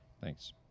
Thanks